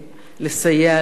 לסייע להם,